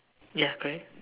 ya correct